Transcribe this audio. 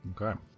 okay